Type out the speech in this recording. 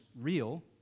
real